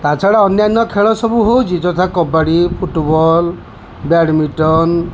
ତା ଛଡ଼ା ଅନ୍ୟାନ୍ୟ ଖେଳ ସବୁ ହେଉଛି ଯଥା କବାଡ଼ି ଫୁଟବଲ୍ ବ୍ୟାଡ଼ମିଣ୍ଟନ୍